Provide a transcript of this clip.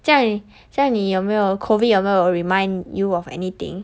这样这样你有没有 COVID 有没有 remind you of anything